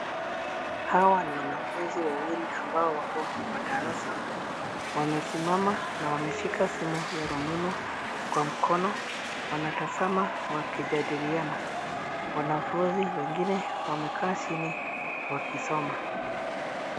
Hawa ni wanafunzi wawili ambao wako kwa darasa. Wamesimama na wameshika simu ya rununu kwa mkono. Wanatazama wakijadiliana. Wanafunzi wengine wamekaa chini wakisoma.